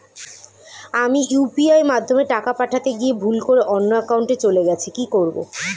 আমি ইউ.পি.আই মাধ্যমে টাকা পাঠাতে গিয়ে ভুল করে অন্য একাউন্টে চলে গেছে কি করব?